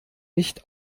nicht